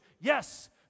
Yes